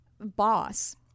boss